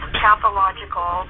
pathological